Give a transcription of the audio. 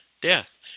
death